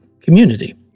community